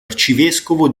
arcivescovo